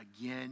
again